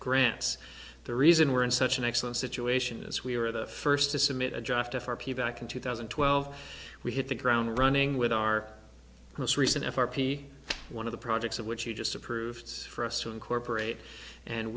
grants the reason we're in such an excellent situation is we were the first to submit a draft of r p back in two thousand and twelve we hit the ground running with our most recent f r p one of the projects of which you just approved for us to incorporate and